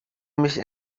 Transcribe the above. mich